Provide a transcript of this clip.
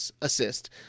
assist